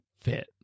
fit